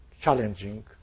challenging